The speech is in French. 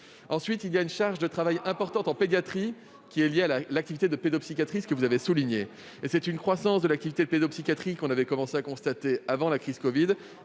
Ensuite, il y a une charge de travail importante en pédiatrie, liée à l'activité de pédopsychiatrie que vous avez soulignée. Cette croissance de l'activité pédopsychiatrique, nous avions commencé de la constater avant la crise de